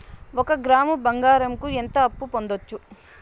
ఒక గ్రాము బంగారంకు ఎంత అప్పు పొందొచ్చు